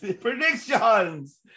Predictions